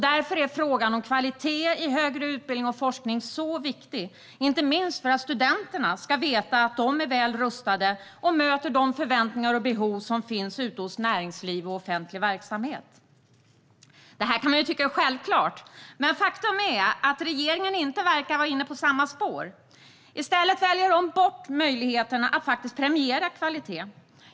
Därför är frågan om kvalitet i högre utbildning och forskning så viktig, inte minst för att studenterna ska veta att de är väl rustade och möter de förväntningar och behov som finns ute hos näringsliv och offentlig verksamhet. Detta kan man tycka är självklart. Men faktum är att regeringen inte verkar vara inne på samma spår. I stället väljer regeringen bort möjligheterna att premiera kvalitet.